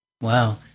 wow